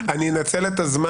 אומר את זה